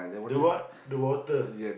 the what the bottle